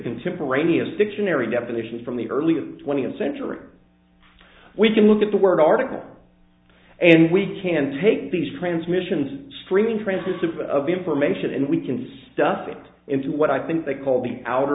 contemporaneous dictionary definition from the early twentieth century we can look at the word article and we can take these transmissions streaming francis of of information and we can stuff it into what i think they call the outer